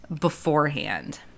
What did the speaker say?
beforehand